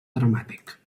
dramàtic